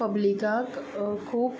पब्लिकाक खूब